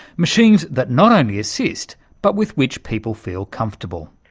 machines that not only assist, but with which people feel comfortable.